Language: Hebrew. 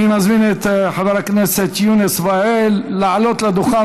אני מזמין את חבר הכנסת יונס ואאל לעלות לדוכן,